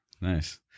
nice